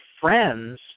friends